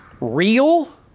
real